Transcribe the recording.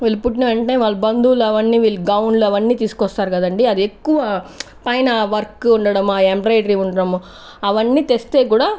వీళ్ళు పుట్టిన వెంటనే వాళ్ళ బంధువులు అవన్నీ వీళ్ళకి గౌన్లు అవన్నీ తీసుకొస్తారుకదండీ అది ఎక్కువ పైన వర్క్ ఉండడము ఆ ఎంబ్రాయిడరీ ఉండడము అవన్నీ తెస్తే కూడా